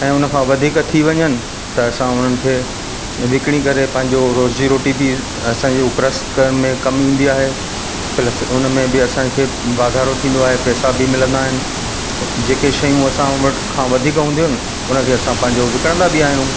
ऐं उनखां वधीक थी वञनि त असां उन्हनि खे विकिणी करे पंहिंजो रोज़ी रोटी बि असांजे उपरस में कम ईंदी आहे प्लस उनमें बि असांखे वाधारो थींदो आहे पैसा बि मिलंदा आहिनि जेके शयूं असां वटि खां वधीक हूंदियू आहिनि उनखे असां पंहिंजो विकिणींदा बि आहियूं